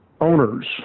owners